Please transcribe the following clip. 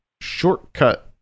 Shortcut